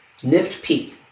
NIFT-P